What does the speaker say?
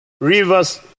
rivers